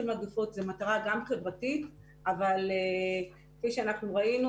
מגפות זו מטרה גם חברתית אבל כפי שאנחנו ראינו,